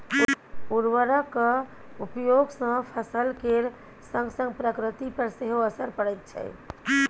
उर्वरकक उपयोग सँ फसल केर संगसंग प्रकृति पर सेहो असर पड़ैत छै